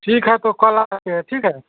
ठीक है तो कल आएँगे ठीक है